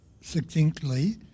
succinctly